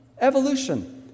Evolution